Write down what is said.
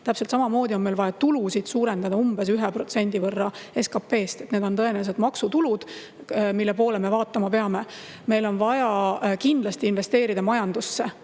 Täpselt samamoodi on meil vaja tulusid suurendada umbes 1% võrra SKP-st. Need on tõenäoliselt maksutulud, mille poole me vaatama peame. Meil on kindlasti vaja investeerida majandusse,